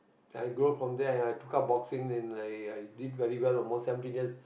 then I grow from there and I took up boxing and I i did very well almost seventeen years